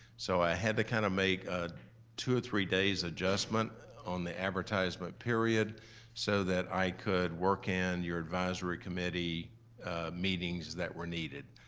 so i had to kind of make ah two or three days adjustment on the advertisement period so that i could work in your advisory committee meetings that were needed.